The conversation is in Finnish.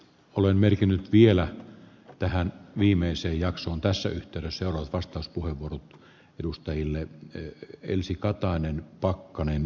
olen merkinnyt vielä tähän viimeiseen jaksoon tässä yhteydessä vastauspuheenvuorot edustajille että elsi katainen pakkanen